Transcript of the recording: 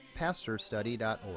pastorstudy.org